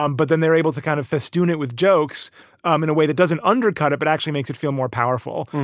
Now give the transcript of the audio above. um but then they're able to kind of festoon it with jokes um in a way that doesn't undercut it, but actually makes it feel more powerful.